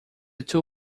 two